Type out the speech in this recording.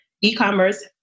e-commerce